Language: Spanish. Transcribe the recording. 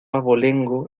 abolengo